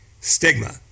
stigma